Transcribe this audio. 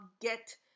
get